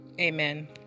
Amen